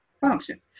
function